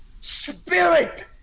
Spirit